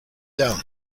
down